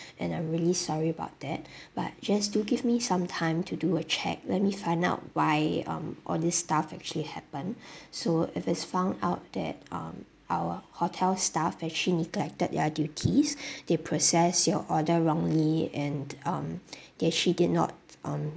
and I'm really sorry about that but just do give me some time to do a check let me find out why um all this stuff actually happened so if it's found out that um our hotel staff actually neglected their duties they processed your order wrongly and um they actually did not um